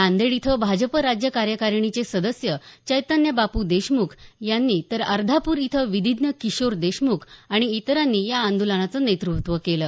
नांदेड इथं भाजप राज्य कार्यकारिणीचे सदस्य चैतन्यबाप् देशमुख यांनी तर अर्धाप्रर इथं विधीज्ञ किशोर देशमुख आणि इतरांनी या आंदोलनाचं नेतृत्व केलं